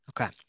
Okay